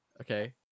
okay